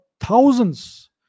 thousands